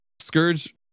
Scourge